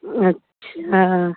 अच्छा